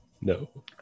No